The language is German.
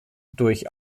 durch